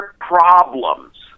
problems